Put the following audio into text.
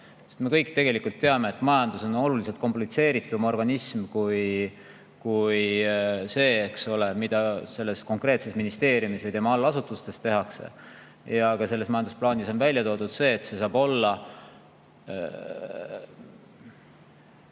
Me kõik tegelikult teame, et majandus on oluliselt komplitseeritum organism kui see, mida konkreetses ministeeriumis või tema allasutustes tehakse. Ja ka selles majandusplaanis on välja toodud see, et see saab olla